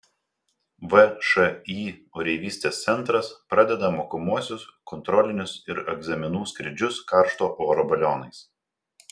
všį oreivystės centras pradeda mokomuosius kontrolinius ir egzaminų skrydžius karšto oro balionais